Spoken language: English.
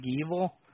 evil